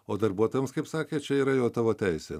o darbuotojams kaip sakėt čia yra jau tavo teisė